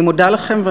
אני מודה לכם,